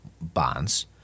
bonds